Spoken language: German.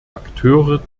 akteure